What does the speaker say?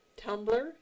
Tumblr